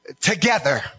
together